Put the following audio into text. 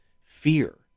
fear